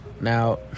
Now